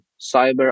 cyber